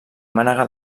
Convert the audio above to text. mànega